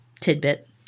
tidbit